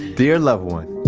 dear loved one,